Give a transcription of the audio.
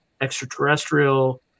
extraterrestrial